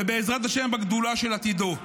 ובעזרת השם, בגדולה של עתידו.